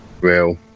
Real